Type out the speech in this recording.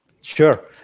Sure